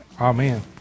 Amen